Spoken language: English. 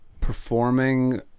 performing